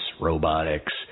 robotics